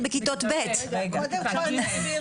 בין 5% ל- 15%